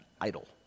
idol